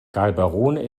gaborone